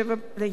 במקביל,